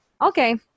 okay